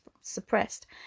suppressed